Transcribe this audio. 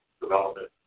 development